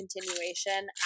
continuation